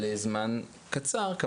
לזמן קצר,